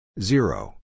Zero